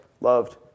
loved